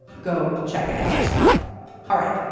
go check it out all right.